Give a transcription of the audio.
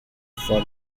for